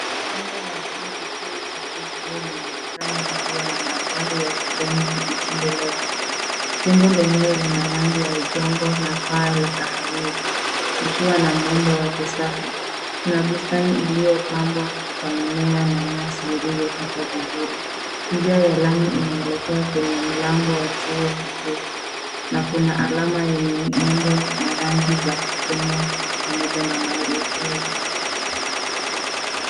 Jengo la chuo kikuu cha KCA linaonekana likiwa na manthari ya kijani kibichi mbele yake. Jengo lenyewe lina rangi ya udongo na paa la kahawia. Likiwa na mundo wakisasa. Kuna bustani iliopambwa kwa mimea na nyasi zilizokatwa vizuri. Njia ya lami linaelekea kwenye mlango wa chuo kikuu. Na kuna alama yenye nembo na rangi za Kenya pamoja na maelekezo.